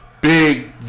big